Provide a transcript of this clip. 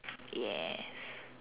yes